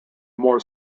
more